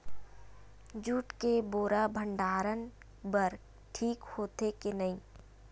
Jute के बोरा भंडारण बर ठीक होथे के नहीं?